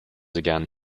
again